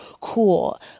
cool